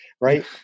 right